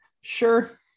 sure